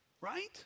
right